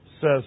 says